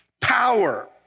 power